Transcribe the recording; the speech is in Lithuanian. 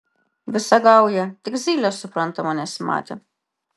visa gauja tik zylės suprantama nesimatė